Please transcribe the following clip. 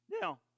Now